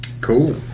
Cool